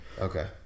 Okay